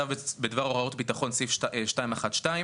כרגע יש לי אחד וזה בזכותם של אגף התנועה,